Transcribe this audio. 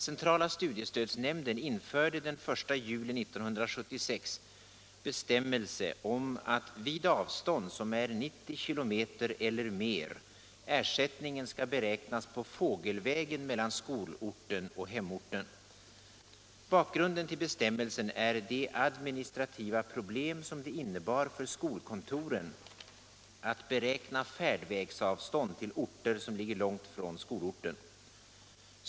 Centrala studiestödsnämnden införde den 1 juli 1976 bestämmelse om att vid avstånd som är 90 km eller mer ersättningen skall beräknas på fågelvägen mellan skolorten och hemorten. Bakgrunden till bestämmelsen är de administrativa problem som det innebar för skolkontoren att beräkna färdvägsavstånd till orter som ligger långt från skolorten.